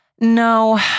No